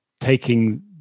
taking